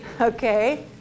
Okay